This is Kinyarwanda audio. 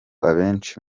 abenshi